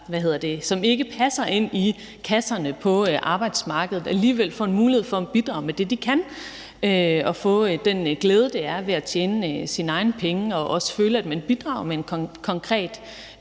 som ikke passer ind i kasserne på arbejdsmarkedet, alligevel får mulighed for at bidrage med det, de kan, og få den glæde, det er at tjene sine egne penge og også føle, at man bidrager med en konkret